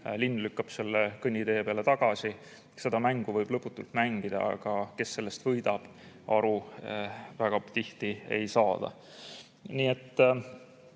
linn lükkab selle kõnnitee peale tagasi. Seda mängu võib lõputult mängida ja kes sellest võidab, aru väga tihti ei saa. Nii et